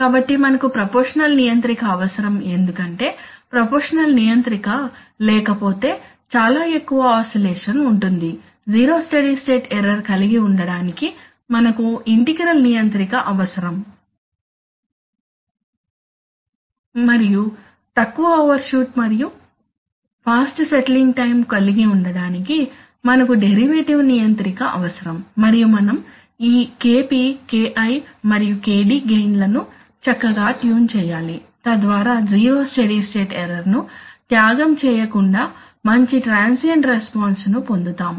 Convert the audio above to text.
కాబట్టి మనకు ప్రపోర్షషనల్ నియంత్రిక అవసరం ఎందుకంటే ప్రపోర్షషనల్ నియంత్రిక లేకపోతే చాలా ఎక్కువ ఆసిలేషన్ ఉంటుంది జీరో స్టడీ స్టేట్ ఎర్రర్ కలిగి ఉండటానికి మనకు ఇంటిగ్రల్ నియంత్రిక అవసరం మరియు తక్కువ ఓవర్షూట్ మరియు ఫాస్ట్ సెట్లింగ్ టైం కలిగి ఉండటానికి మనకు డెరివేటివ్ నియంత్రిక అవసరం మరియు మనం ఈ Kp Ki మరియు Kd గెయిన్ లను చక్కగా ట్యూన్ చేయాలి తద్వారా జీరో స్టడీ స్టేట్ ఎర్రర్ ను త్యాగం చేయకుండా మంచి ట్రాన్సియెంట్ రెస్పాన్స్ ను పొందుతాము